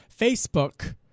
Facebook